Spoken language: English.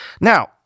Now